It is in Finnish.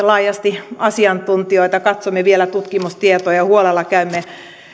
laajasti asiantuntijoita katsomme vielä tutkimustietoja ja huolella käymme